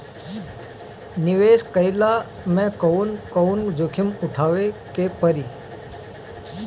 निवेस कईला मे कउन कउन जोखिम उठावे के परि?